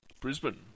Brisbane